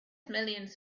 millions